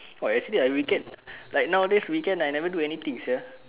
!wah! actually I weekend like nowadays weekends I never do anything sia